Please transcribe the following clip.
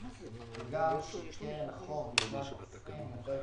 --- וגם שקרן החוב לשנת 2020 עוברת